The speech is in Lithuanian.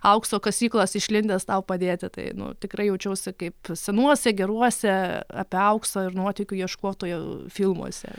aukso kasyklos išlindęs tau padėti tai nu tikrai jaučiausi kaip senuose geruose apie aukso ir nuotykių ieškotojų filmuose